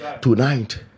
tonight